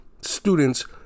students